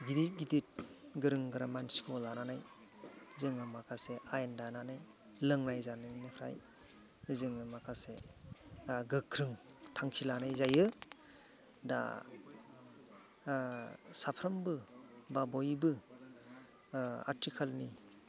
गिदिर गिदिर गोरों गोरा मानसिखौ लानानै जोङो माखासे आयेन दानानै लोंनाय जानायनिफ्राय जोङो माखासे गोख्रों थांखि लानाय जायो दा साफ्रोमबो बा बयबो आथिखालनि